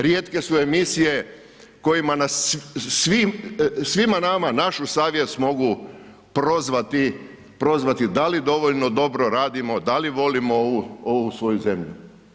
Rijetke su emisije kojima svima nama, našu savjest mogu prozvati da li dovoljno dobro radimo, da li volimo ovu svoju zemlju.